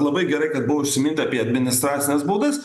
labai gerai kad buvo užsimintą apie administracines baudas